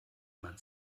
man